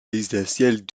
résidentiels